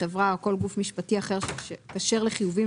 חברה או כל גוף משפטי אחר הכשר לחיובים,